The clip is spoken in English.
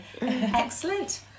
Excellent